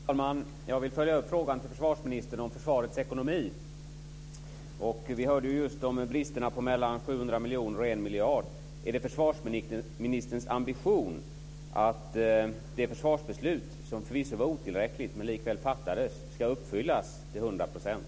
Fru talman! Jag vill följa upp frågan till försvarsministern om försvarets ekonomi. Vi hörde just om bristerna på mellan 700 miljoner och 1 miljard. Är det försvarsministerns ambition att det försvarsbeslut som förvisso var otillräckligt, men likväl fattades, ska uppfyllas till hundra procent?